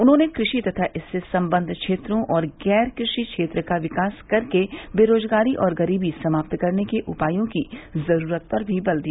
उन्होंने कृषि तथा इससे संबद्ध क्षेत्रों और गैर कृषि क्षेत्र का विकास करके बेरोजगारी और गरीबी समाप्त करने के उपायों की जरूरत पर भी बल दिया